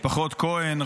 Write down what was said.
משפחות כהן,